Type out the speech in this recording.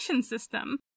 system